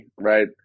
right